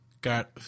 got